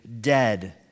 dead